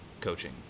coaching